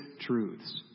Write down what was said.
truths